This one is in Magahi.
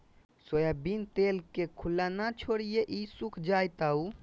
सोयाबीन तेल के खुल्ला न छोरीहें ई सुख जयताऊ